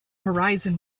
horizon